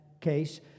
case